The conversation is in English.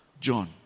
John